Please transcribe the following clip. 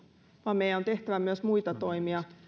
vaan meidän on tehtävä myös muita toimia